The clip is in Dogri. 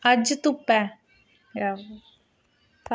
अज्ज धुप्प ऐ